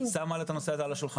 שמה לה את הנושא הזה על השולחן,